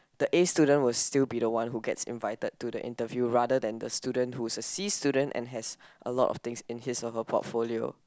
the A student will still be the one who gets invited to the interview rather than the student who's a C student and has a lot of things in his or her portfolio